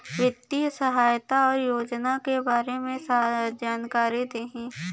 वित्तीय सहायता और योजना के बारे में जानकारी देही?